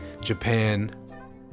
Japan